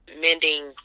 mending